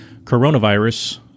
coronavirus